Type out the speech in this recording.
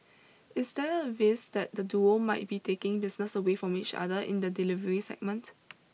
is there a risk that the duo might be taking business away from each other in the delivery segment